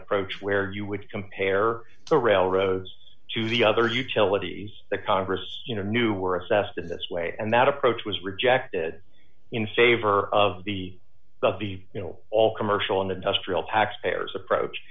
approach where you would compare the railroads to the other utilities the congress knew were assessed in this way and that approach was rejected in favor of the of the you know all commercial and industrial tax payers approach